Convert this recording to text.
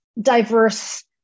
diverse